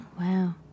wow